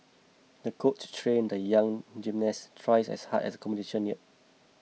the coach trained the young gymnast twice as hard as competition neared